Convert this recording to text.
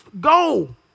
go